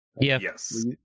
Yes